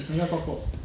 很厉害 talk cock